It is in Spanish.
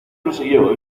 prosiguió